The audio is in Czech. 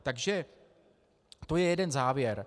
Takže to jeden závěr.